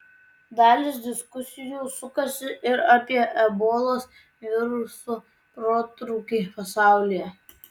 dalis diskusijų sukasi ir apie ebolos viruso protrūkį pasaulyje